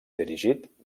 dirigit